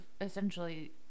essentially